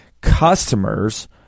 customers